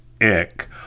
ick